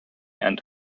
and